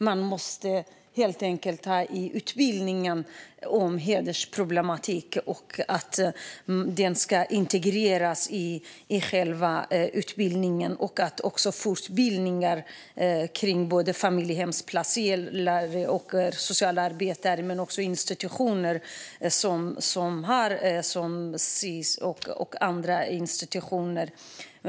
Man måste helt enkelt under utbildningen ta upp hedersproblematik, och den delen ska integreras i själva utbildningen och även i fortbildningar. Det gäller familjehemsplaceringar, socialarbetare och institutioner som Sis och andra institutioner.